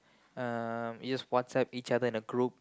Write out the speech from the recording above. um you just WhatsApp each other in a group